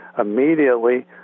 immediately